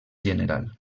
general